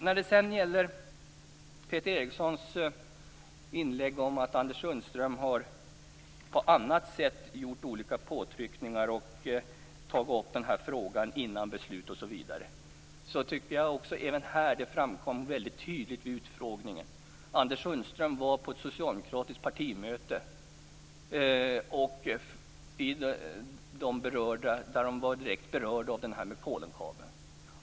När det sedan gäller Peter Erikssons inlägg om att Anders Sundström på annat sätt har gjort olika påtryckningar och tagit upp frågan före beslut osv. tycker jag att det även här tydligt framkom vid utfrågningen hur det förhöll sig. Anders Sundström var på ett socialdemokratiskt partimöte där man var direkt berörd av Polenkabeln.